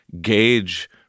gauge